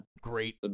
great